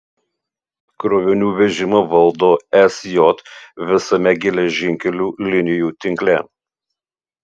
krovinių vežimą valdo sj visame geležinkelių linijų tinkle